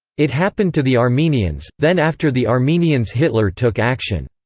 it happened to the armenians, then after the armenians hitler took action.